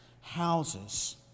houses